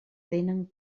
tenen